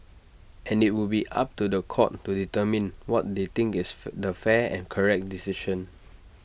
and IT would be up to The Court to determine what they think is the fair and correct decision